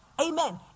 Amen